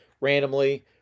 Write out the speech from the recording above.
randomly